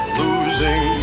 losing